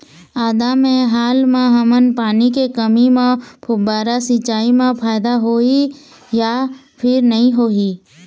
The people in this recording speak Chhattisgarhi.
आदा मे हाल मा हमन पानी के कमी म फुब्बारा सिचाई मे फायदा होही या फिर नई होही?